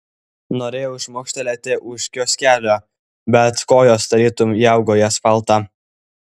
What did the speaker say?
norėjau šmurkštelėti už kioskelio bet kojos tarytum įaugo į asfaltą